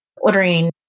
ordering